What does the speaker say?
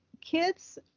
kids